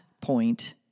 point